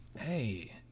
hey